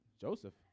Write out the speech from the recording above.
Joseph